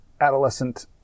adolescent